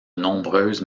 nombreuses